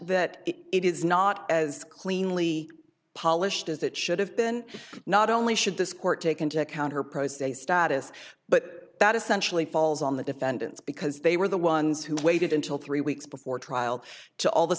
that it is not as cleanly polished as it should have been not only should this court take into account her pros they status but that essentially falls on the defendants because they were the ones who waited until three weeks before trial to all